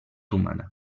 humana